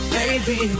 Baby